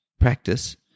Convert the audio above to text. practice